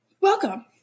welcome